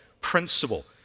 principle